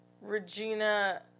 Regina